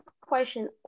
question